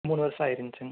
மூணு வருஷம் ஆயிருச்சுங்க